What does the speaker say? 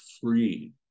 free